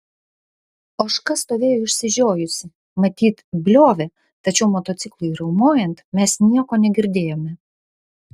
ožka stovėjo išsižiojusi matyt bliovė tačiau motociklui riaumojant mes nieko negirdėjome